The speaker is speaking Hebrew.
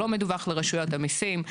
לא מדווח לרשויות המיסים.